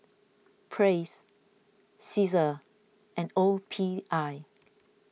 Praise Cesar and O P I